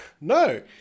No